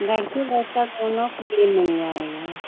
लड़की लड़का दोनों के लिए मिल जाएगा